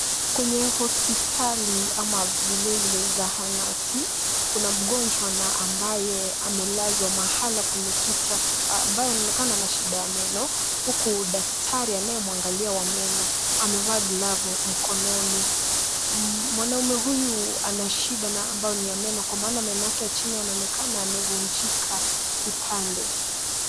Kwenye hospitali ama vile vile zahanati kuna mgonjwa na ambaye amelazwa kwenye kiti ambaye anaonekana ana shida ya meno huku daktari anayemwangalia wa meno amevaa glavu mkononi. Mwanaume huyu ana shida ambayo ni ya meno kwa maana meno yake ya chini yanaonekana yamevunjika upande.